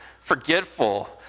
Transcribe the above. forgetful